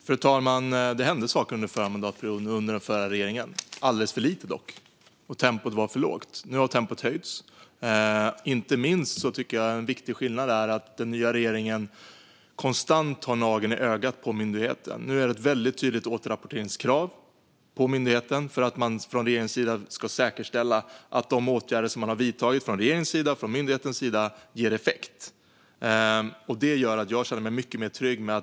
Fru talman! Det hände saker under den förra mandatperioden med den förra regeringen, dock alldeles för lite. Tempot var för lågt. Nu har tempot höjts. Inte minst tycker jag att en viktig skillnad är att den nya regeringen konstant har nageln i ögat på myndigheten. Nu finns det ett väldigt tydligt återrapporteringskrav på myndigheten för att regeringen ska säkerställa att de åtgärder som har vidtagits från regeringens sida och från myndighetens sida ger effekt. Det gör att jag känner mig mycket mer trygg.